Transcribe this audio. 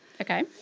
Okay